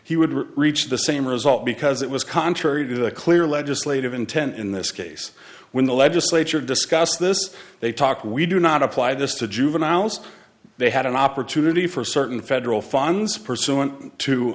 he would reach the same result because it was contrary to the clear legislative intent in this case when the legislature discussed this they talk we do not apply this to juveniles they had an opportunity for certain federal funds pursu